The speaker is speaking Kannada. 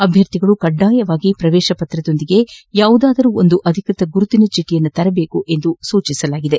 ಅಭ್ಯರ್ಥಿಗಳು ಕಡ್ಡಾಯವಾಗಿ ಪ್ರವೇಶ ಪತ್ರದೊಂದಿಗೆ ಯಾವುದಾದರೂ ಒಂದು ಅಧಿಕೃತ ಗುರುತಿನ ಚೀಟಿ ತರಬೇಕೆಂದು ಸೂಚಿಸಲಾಗಿದೆ